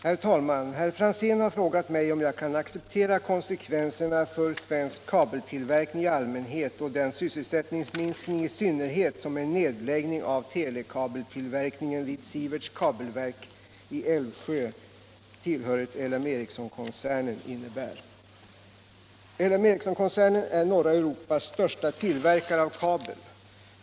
Herr talman! Herr Franzén har frågat mig om jag kan acceptera konsekvenserna för svensk kabeltillverkning i allmänhet och den sysselsättningsminskning i synnerhet som en nedläggning av telekabeltillverkningen vid Sieverts Kabelverk i Älvsjö, tillhörigt LM Ericsson-koncernen, innebär. L M Ericsson-koncernen är norra Europas största tillverkare av kabel.